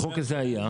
החוק הזה היה,